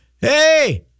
hey